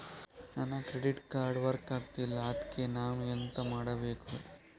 ನನ್ನ credit card work ಆಗ್ತಿಲ್ಲ ಅದ್ಕೆ ನಾನು ಎಂತ ಮಾಡಬೇಕು?